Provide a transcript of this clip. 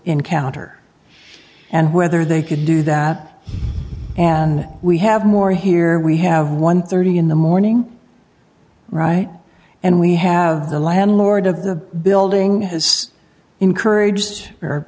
encounter and whether they could do that and we have more here we have one thirty in the morning right and we have the landlord of the building has encourage